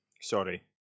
sorry